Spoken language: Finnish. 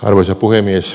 arvoisa puhemies